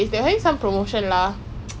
so like ரெண்டு வாங்கலாம்:rendu vaangalam lah